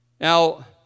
Now